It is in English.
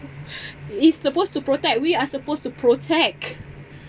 it's supposed to protect we are supposed to protect